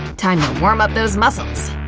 time to warm up those muscles.